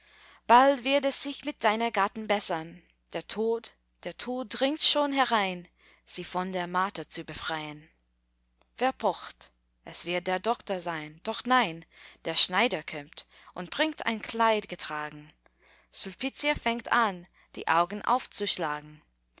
bald wird es sich mit deiner gattin bessern der tod der tod dringt schon herein sie von der marter zu befrein wer pocht es wird der doktor sein doch nein der schneider kömmt und bringt ein kleid getragen sulpitia fängt an die augen aufzuschlagen